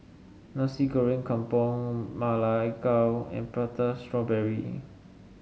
Nasi Goreng Kampung Ma Lai Gao and Prata Strawberry